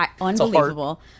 Unbelievable